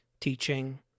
teaching